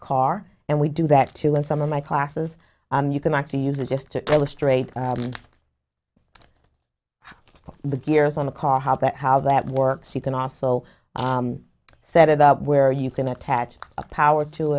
car and we do that too in some of my classes you can actually use it just to illustrate the gears on the car how that how that works you can also set it up where you can attach a power to